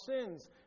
sins